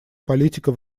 политика